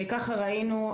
ככה ראינו,